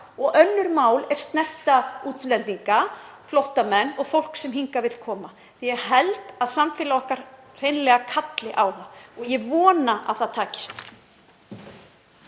og önnur mál er snerta útlendinga, flóttamenn og fólk sem hingað vill koma því að ég held að samfélag okkar hreinlega kalli á það og ég vona að það takist.